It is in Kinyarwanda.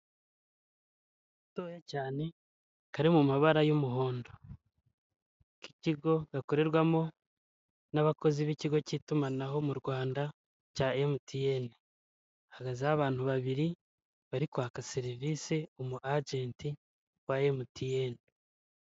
Gatoya cyane kari mu mabara y'umuhondo k'ikigo gakorerwamo n'abakozi b'ikigo cy'itumanaho mu Rwanda cya emutiyene, hahagazeho abantu babiri bari kwaka serivisi umu ajenti wa emutiyene.